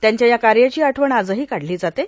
त्यांच्या या कार्याची आठवण आजही काढली जाते